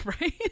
Right